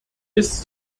ist